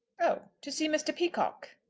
oh to see mr. peacocke?